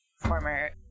former